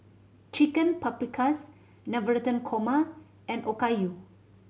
Chicken Paprikas Navratan Korma and Okayu